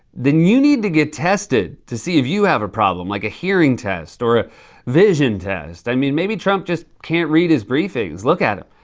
then you need to get tested to see if you have a problem like a hearing test or a vision test. i mean, maybe trump just can't read his briefings. look at him.